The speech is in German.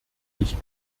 ich